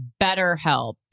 BetterHelp